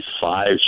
five